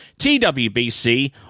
TWBC